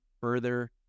further